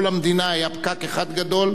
כל המדינה היתה פקק אחד גדול,